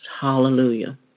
Hallelujah